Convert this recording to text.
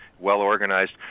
well-organized